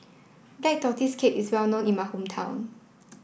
Black Tortoise Cake is well known in my hometown